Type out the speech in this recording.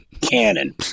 cannon